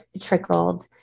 trickled